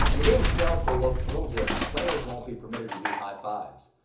the game itself will look a little different. players won't be permitted to do high-fives.